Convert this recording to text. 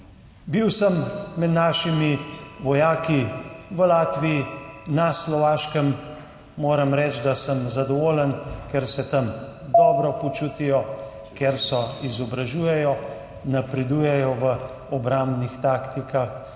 Bil sem med našimi vojaki v Latviji, na Slovaškem, moram reči, da sem zadovoljen, ker se tam dobro počutijo, ker se izobražujejo, napredujejo v obrambnih taktikah